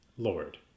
Lord